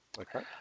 okay